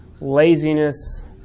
laziness